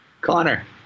Connor